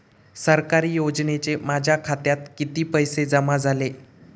सरकारी योजनेचे माझ्या खात्यात किती पैसे जमा झाले?